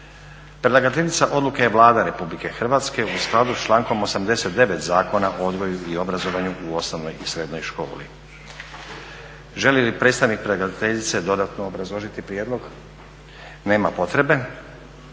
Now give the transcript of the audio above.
Predlagateljica odluke je Vlada Republike Hrvatske. U skladu sa člankom 89. Zakona o odgoju i obrazovanju u osnovnoj i srednjoj školi. Želi li predstavnik predlagateljice dodatno obrazložiti prijedlog? Nema potrebe.